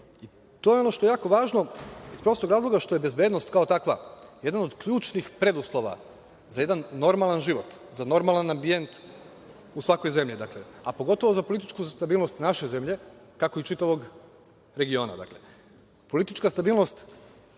To je ono što je jako važno iz prostog razloga što je bezbednost kao takva jedna od ključnih preduslova za jedan normalan život, za normalan ambijent u svakoj zemlji, a pogotovu za političku stabilnost naše zemlje, tako i čitavog regiona. Politička